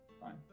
fine